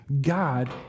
God